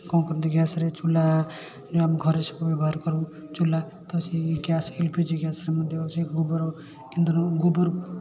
କ'ଣ କରନ୍ତି ଗ୍ୟାସ୍ରେ ଚୁଲା ଯେଉଁ ଆମେ ଘରେ ସବୁ ବ୍ୟବହାର କରୁ ଚୁଲା ତ ସେହି ଗ୍ୟାସ୍ ସେଇ ଏଲ୍ ପି ଜି ଗ୍ୟାସ୍ରେ ମଧ୍ୟ ସେଇ ଗୋବର ଇନ୍ଧନ ଗୋବର